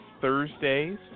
Thursdays